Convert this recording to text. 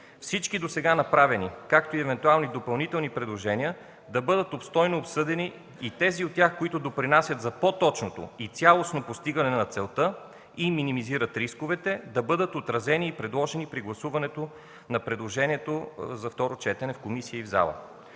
всички, направени досега, както и евентуално допълнителни предложения, да бъдат обстойно обсъдени и тези от тях, допринасящи за по-точното и цялостно постигане на целта и минимизират рисковете, да бъдат отразени и предложени при гласуването на второ четене в комисията и в